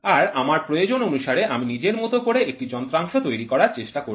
আর আমার প্রয়োজন অনুসারে আমি নিজের মতো করে একটি যন্ত্রাংশ তৈরি করার চেষ্টা করব